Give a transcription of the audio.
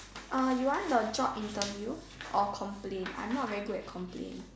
uh you want the job interview or complain I'm not very good at complain